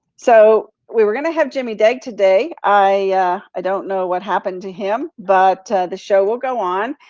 so, we were gonna have jimmy dague today. i don't know what happened to him. but the show will go on.